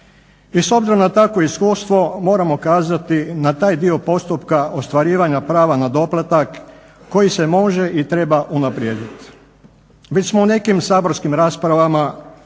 I s obzirom na takvu iskustvo moramo kazati na taj dio postupka ostvarivanja prava na doplatak koji se može i treba unaprijedit. Već smo u nekim saborskim raspravama